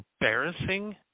embarrassing